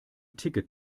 ticket